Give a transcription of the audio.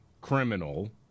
criminal